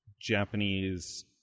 Japanese